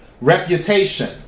reputation